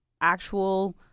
actual